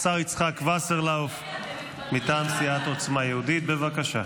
השר יצחק וסרלאוף, מטעם סיעת עוצמה יהודית, בבקשה.